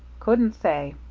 couldn't say.